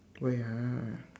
wait ah